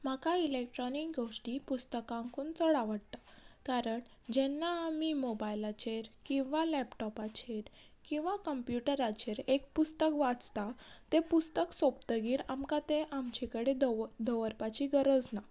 म्हाका इलॅक्ट्रॉनीक गोश्टी पुस्तकांकून चड आवडटा कारण जेन्ना आमी मोबायलाचेर किंवां लॅपटॉपाचेर किंवां कम्प्युटराचेर एक पुस्तक वाचता तें पुस्तक सोंपतगीर आमकां तें आमचे कडेन दव दवरपाची गरज ना